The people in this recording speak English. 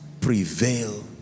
prevail